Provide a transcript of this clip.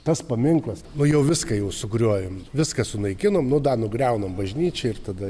tas paminklas o jau viską jau sugriovėm viską sunaikinom nu da nugriaunam bažnyčią ir tada